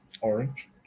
Orange